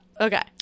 Okay